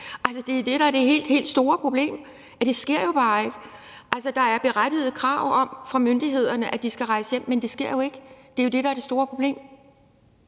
ikke. Det er det, der er det helt, helt store problem – at det sker jo bare ikke. Altså, der er et berettiget krav om fra myndighedernes side, at de skal rejse hjem, men det sker jo ikke – det er jo det, der er det store problem.